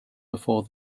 before